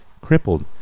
crippled